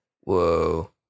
whoa